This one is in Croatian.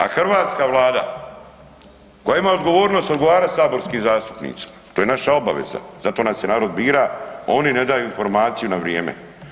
A hrvatska Vlada koja ima odgovornost odgovarati saborskim zastupnicima, to je naša obaveza, zato nam se narod bira, oni ne daju informaciju na vrijeme.